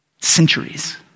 Centuries